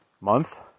month